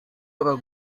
aber